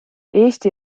eesti